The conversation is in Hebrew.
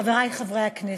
חברי חברי הכנסת,